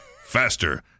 faster